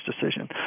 decision